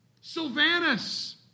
Sylvanus